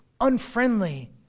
unfriendly